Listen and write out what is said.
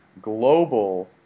global